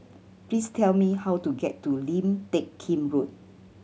please tell me how to get to Lim Teck Kim Road